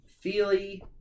Feely